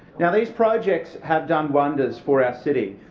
now these projects have done wonders for our city.